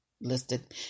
listed